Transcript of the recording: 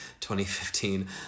2015